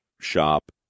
shop